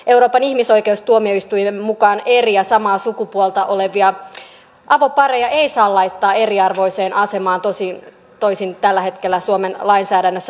euroopan ihmisoikeustuomioistuimen mukaan eri ja samaa sukupuolta olevia avopareja ei saa laittaa eriarvoiseen asemaan tosin toisin tällä hetkellä suomen lainsäädännössä tapahtuu